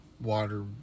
water